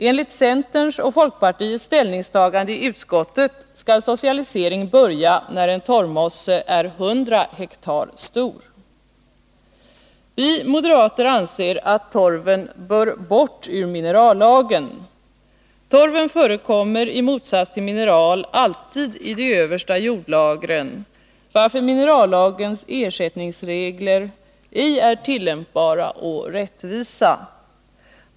Enligt centerns och folkpartiets ställningstagande i utskottet skall socialiseringen börja när en torvmosse är 100 hektar stor. Vi moderater anser att torven bör bort ur minerallagen. Torven förekommer i motsats till mineral alltid i de översta jordlagren, varför minerallagens ersättningsregler ej är tillämpbara och rättvisa.